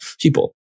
people